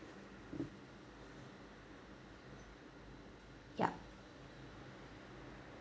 ya